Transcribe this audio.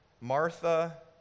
Martha